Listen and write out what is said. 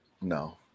No